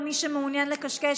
למי שמעוניין לקשקש,